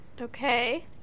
Okay